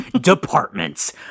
departments